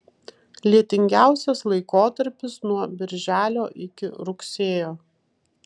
lietingiausias laikotarpis nuo birželio iki rugsėjo